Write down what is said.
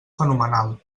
fenomenal